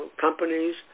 companies